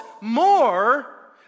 more